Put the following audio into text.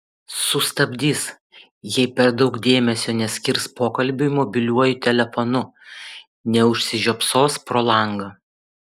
sustabdys jei per daug dėmesio neskirs pokalbiui mobiliuoju telefonu neužsižiopsos pro langą